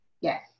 Yes